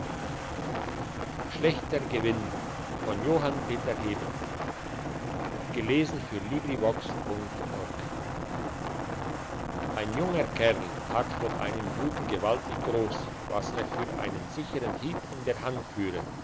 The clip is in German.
ein junger kerl tat vor einem juden gewaltig gross was er für einen sichern hieb in der hand führe